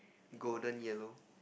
golden yellow